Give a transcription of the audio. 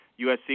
USC